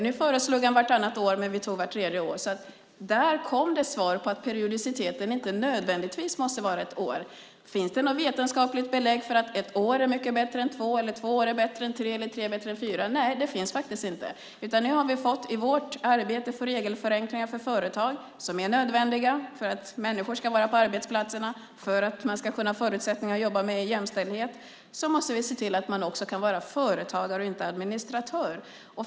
Han föreslog vartannat år. Vi valde vart tredje år. Där kom det alltså ett svar om att periodiciteten inte nödvändigtvis måste handla om ett år. Finns det ett vetenskapligt belägg för att ett år är mycket bättre än två, för att två år är bättre än tre eller för att tre år är bättre än fyra år? Nej, det finns det faktiskt inte. I vårt arbete med regelförenklingar för företag - dessa är nödvändiga för att människor ska vara på arbetsplatserna och för att man ska kunna ha förutsättningar att jobba med jämställdhet - måste vi se till att man också kan vara företagare och inte administratör.